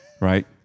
Right